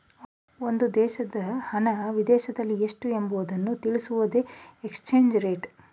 ಒಂದು ದೇಶದ ಹಣ ವಿದೇಶದಲ್ಲಿ ಎಷ್ಟು ಎಂಬುವುದನ್ನು ತಿಳಿಸುವುದೇ ಎಕ್ಸ್ಚೇಂಜ್ ರೇಟ್